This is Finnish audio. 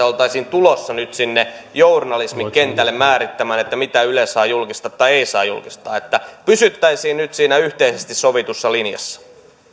oltaisiin tulossa nyt sinne journalismin kentälle määrittämään mitä yle saa julkistaa tai ei saa julkistaa pysyttäisiin nyt siinä yhteisesti sovitussa linjassa